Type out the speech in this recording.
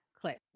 click